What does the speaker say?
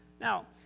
Now